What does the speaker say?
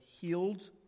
healed